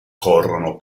corrono